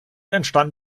entstand